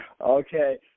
okay